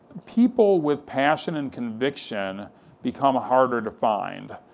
people with passion and conviction become harder to find,